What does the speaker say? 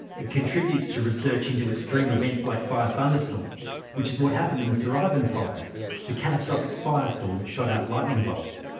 it contributes to research into extreme events like fire thunderstorms, which is what happened in the sir ah ivan fires that catastrophic firestorm which shot out lightning bolts.